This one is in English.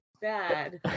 bad